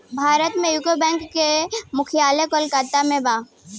भारत में UCO bank के मुख्यालय कोलकाता में बा